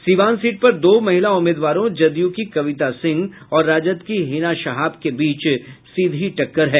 Siwan seat पर दो महिला उम्मीदवारों जदयू की कविता सिंह और राजद की हिना शहाब के बीच सीधी टक्कर है